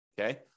okay